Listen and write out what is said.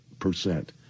percent